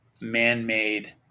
man-made